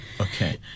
Okay